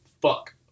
fuck